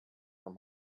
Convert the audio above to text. from